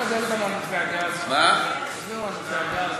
עם מתווה הגז החדש.